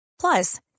Plus